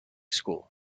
school